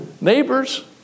neighbors